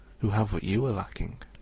who have what you are lacking.